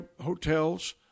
hotels